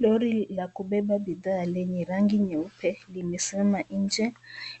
Lori la kubeba bidhaa lenye rangi nyeupe, limesimama nje